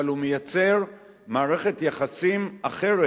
אבל הוא מייצר מערכת יחסים אחרת.